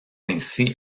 ainsi